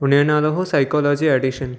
हुनजो नालो हुहो साइकोलॉजी एडिशन